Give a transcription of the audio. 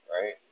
right